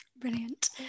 Brilliant